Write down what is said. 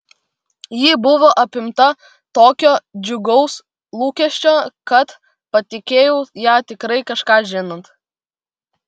ji buvo apimta tokio džiugaus lūkesčio kad patikėjau ją tikrai kažką žinant